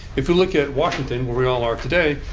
if we look at washington, where we all are today,